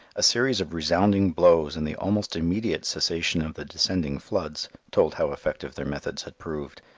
a series of resounding blows and the almost immediate cessation of the descending floods told how effective their methods had proved.